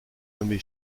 nommé